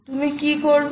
তুমি কি করবে